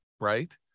right